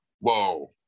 whoa